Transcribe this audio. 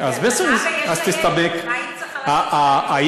אז בסדר, היא אלמנה ויש לה ילד.